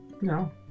No